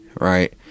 right